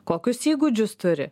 kokius įgūdžius turi